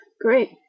Great